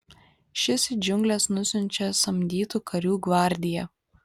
šis į džiungles nusiunčia samdytų karių gvardiją